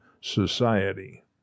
society